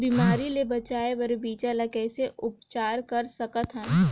बिमारी ले बचाय बर बीजा ल कइसे उपचार कर सकत हन?